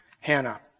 Hannah